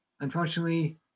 unfortunately